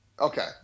Okay